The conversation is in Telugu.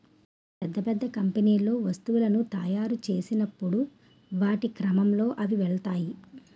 పెద్ద పెద్ద కంపెనీల్లో వస్తువులను తాయురు చేసినప్పుడు వాటి క్రమంలో అవి వెళ్తాయి